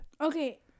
Okay